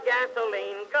Gasoline